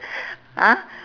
!huh!